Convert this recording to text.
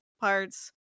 parts